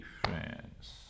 friends